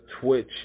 Twitch